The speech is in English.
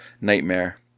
nightmare